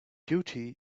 beauty